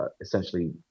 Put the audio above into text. essentially